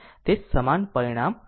તે સમાન પરિણામ આપશે